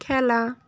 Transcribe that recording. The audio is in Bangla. খেলা